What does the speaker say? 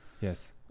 yes